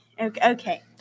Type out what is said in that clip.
Okay